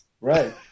Right